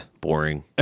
Boring